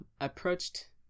approached